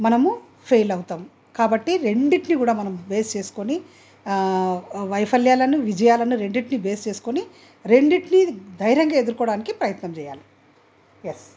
మనము ఫెయిల్ అవుతాము కాబట్టి రెండింటినీ కూడా మనం బేస్ చేసుకొని వైఫల్యాలను విజయాలను రెండింటినీ బేస్ చేసుకొని రెండిటినీ ధైర్యంగా ఎదురుకోవడానికి ప్రయత్నం చేయాలి ఎస్